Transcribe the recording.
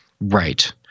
Right